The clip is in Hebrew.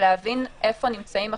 להבין היכן נמצאים החסמים.